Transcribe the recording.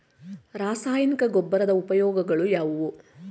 ರಾಸಾಯನಿಕ ಗೊಬ್ಬರದ ಉಪಯೋಗಗಳು ಯಾವುವು?